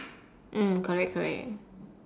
mm correct correct